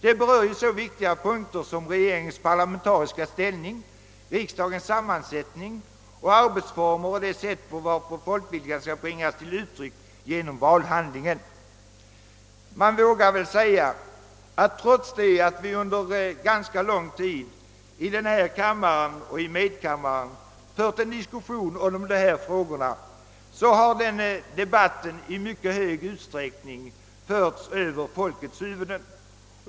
Det berör ju så viktiga saker som regeringens parlamentariska ställning, riksdagens sammansättning och arbetsformer och det sätt varpå folkviljan skall bringas till uttryck genom valhandlingen. Man vågar väl säga att den diskussion vi under ganska lång tid fört om dessa frågor i denna kammare och i medkammaren i mycket stor utsträckning förts ovanför folkets huvuden.